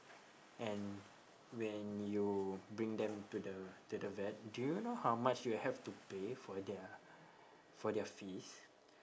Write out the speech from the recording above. and when you bring them to the to the vet do you know how much you'll have to pay for their for their fees